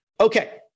Okay